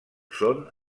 són